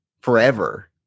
forever